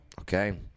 Okay